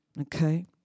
Okay